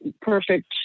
perfect